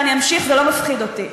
ואני אמשיך, זה לא מפחיד אותי.